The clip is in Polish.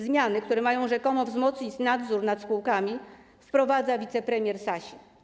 Zmiany, które mają rzekomo wzmocnić nadzór nad spółkami, wprowadza wicepremier Sasin.